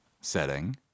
setting